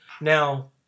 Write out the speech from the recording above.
Now